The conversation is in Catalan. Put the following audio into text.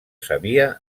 sabia